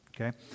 Okay